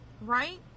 right